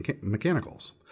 mechanicals